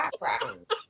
background